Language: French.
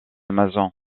mazan